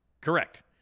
Correct